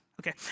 Okay